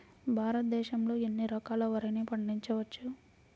భారతదేశంలో ఎన్ని రకాల వరిని పండించవచ్చు